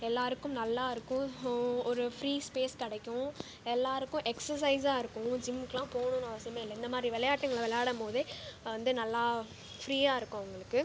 எல்லோருக்கும் நல்லா இருக்கும் ஒரு ஃப்ரீ ஸ்பேஸ் கிடைக்கும் எல்லோருக்கும் எக்ஸசைஸாக இருக்கும் ஜிம்முக்குலாம் போகணுனு அவசியமே இல்லை இந்த மாதிரி விளையாட்டுகள விளையாடும் போதே வந்து நல்லா ஃப்ரீயாக இருக்கும் அவர்களுக்கு